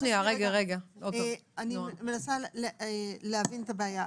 אני מנסה להבין את הבעיה.